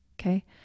Okay